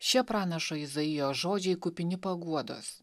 šie pranašo izaijo žodžiai kupini paguodos